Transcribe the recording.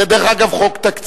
זה, דרך אגב, חוק תקציבי.